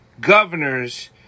governors